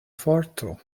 forto